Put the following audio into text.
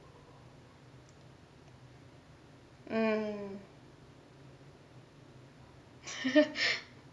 mm